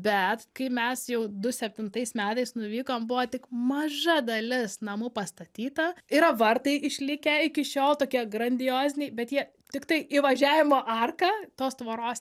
bet kai mes jau du septintais metais nuvykom buvo tik maža dalis namų pastatyta yra vartai išlikę iki šiol tokie grandioziniai bet jie tiktai įvažiavimo arka tos tvoros